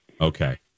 Okay